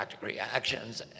reactions